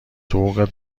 حقوقت